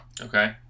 Okay